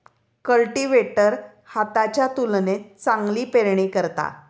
cultivator हाताच्या तुलनेत चांगली पेरणी करता